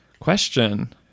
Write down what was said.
question